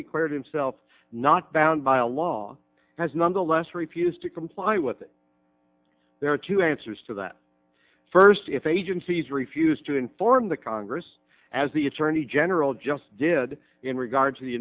declared himself not bound by a law has nonetheless refused to comply with it there are two answers to that first if agencies refuse to inform the congress as the attorney general just did in regards to the